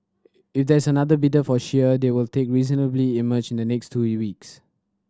if there's another bidder for shire they will take reasonably emerge in the next two we weeks